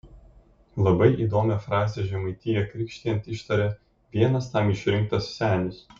labai įdomią frazę žemaitiją krikštijant ištaria vienas tam išrinktas senis